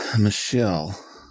Michelle